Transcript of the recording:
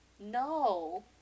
No